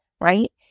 right